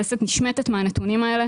נשמטת מהנתונים האלה.